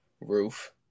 roof